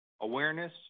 awareness